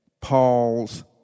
Paul's